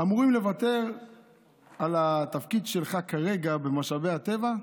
אמורים לוותר על התפקיד שלך כרגע, במשאבי הטבע,